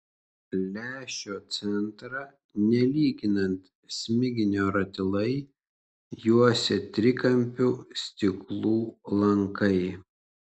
lęšio centrą nelyginant smiginio ratilai juosė trikampių stiklų lankai